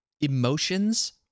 emotions